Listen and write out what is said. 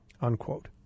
Unquote